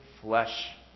flesh